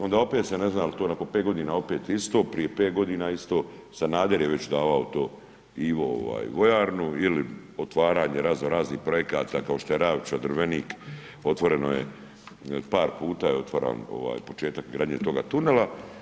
Onda opet se ne znam, to nakon 5 godina opet isto, prije 5 godina isto, Sanader je već davao to Ivo, ovaj, vojarnu ili otvaranje razno raznih projekata kao što je Ravlića Drvenik, otvoreno je par puta je otvaran početak gradnje toga tunela.